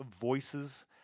Voices